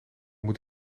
moet